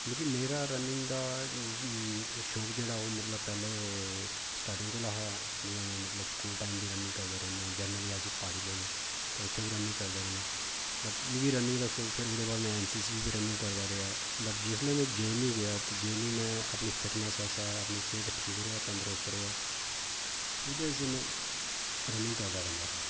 मिगी मेरा रनिंग दा शौंक जेह्ड़ा ओह् मतलब पैह्लें स्टार्टिंग कोला हा जि'यां में स्कूल टाईम बी रनिंग करदा हा जर्नली अस प्हाड़ी लोग ता उत्थें बी रनिंग करदे रौह्दे बट मिगी रनिंग दा शौंक ओह्दे बाद में ऐन्न सी सी बी रनिंग करदा रेहा बट जिसलै में जे ऐन्न जू गेआ जे ऐन्न जू चे में अपनी फिटनैस बास्तै सेह्त ठीक रवै तंदरुस्त रवै एह्दै आस्तै में रनिंग करदा रौंह्दा हा